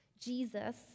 Jesus